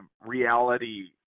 reality